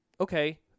okay